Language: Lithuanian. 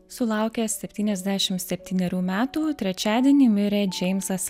sulaukęs septyniasdešimt septynerių metų trečiadienį mirė džeimsas